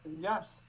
Yes